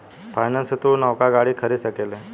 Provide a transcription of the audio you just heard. finance से तू नवका गाड़ी खरीद सकेल